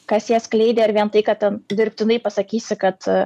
kas ją skleidė ar vien tai kad ten dirbtinai pasakysi kad